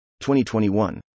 2021